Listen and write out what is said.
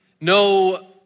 No